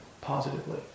positively